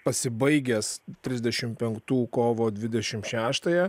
pasibaigęs trisdešimt penktų kovo dvidešimt šeštąją